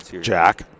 Jack